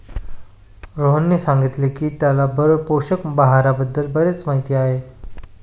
रोहनने सांगितले की त्याला पोषक आहाराबद्दल बरीच माहिती आहे